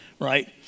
right